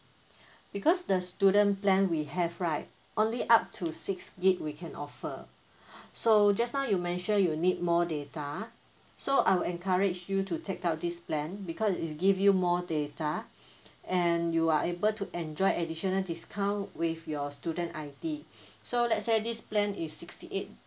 because the student plan we have right only up to six gig we can offer so just now you mentioned you need more data so I will encourage you to take out this plan because is give you more data and you are able to enjoy additional discount with your student I_D so let's say this plan is sixty eight